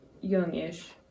youngish